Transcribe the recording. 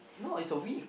no is a week